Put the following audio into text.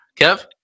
Kev